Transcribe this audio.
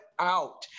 out